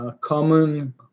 common